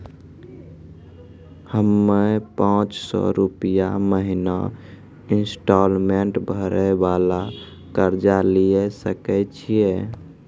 हम्मय पांच सौ रुपिया महीना इंस्टॉलमेंट भरे वाला कर्जा लिये सकय छियै?